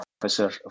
professor